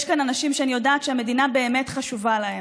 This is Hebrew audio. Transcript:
יש כאן אנשים שאני יודעת שהמדינה באמת חשובה להם: